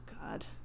God